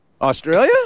Australia